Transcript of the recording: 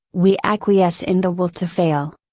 we acquiesce in the will to fail.